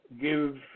give